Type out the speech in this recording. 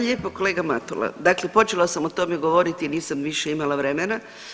Kolege i kolega Matula, dakle počela sam o tome govoriti i nisam više imala vremena.